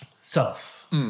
self